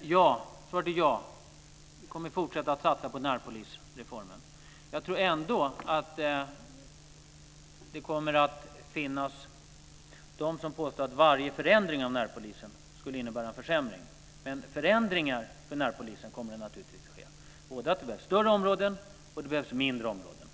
Ja, vi kommer att fortsätta att satsa på närpolisreformen. Jag tror ändå att det kommer att finnas de som påstår att varje förändring av närpolisen skulle innebära en försämring, men förändringar för närpolisen kommer naturligtvis att ske. Det behövs både större områden och mindre områden.